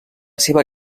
seva